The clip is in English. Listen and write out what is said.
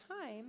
time